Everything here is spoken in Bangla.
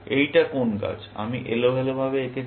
এইটা কোন গাছ আমি এলোমেলোভাবে এঁকেছি